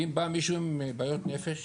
ואם בא מישהו עם בעיות נפש,